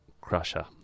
crusher